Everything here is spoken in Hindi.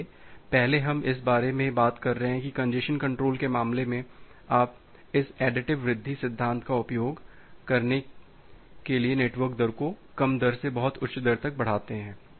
इसलिए पहले हम इस बारे में बात कर रहे हैं कि कंजेस्शन कंट्रोल के मामले में आप इस additive वृद्धि सिद्धांत का उपयोग करके नेटवर्क दर को कम दर से बहुत उच्च दर तक बढ़ाते हैं